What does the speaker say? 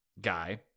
guy